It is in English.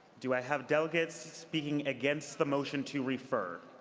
do i have delegates speaking against the motion to refer